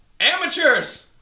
Amateurs